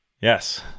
Yes